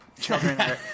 Children